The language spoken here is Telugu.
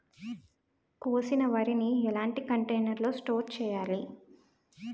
కోసిన వరిని ఎలాంటి కంటైనర్ లో స్టోర్ చెయ్యాలి?